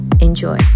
Enjoy